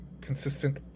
consistent